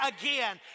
again